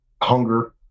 hunger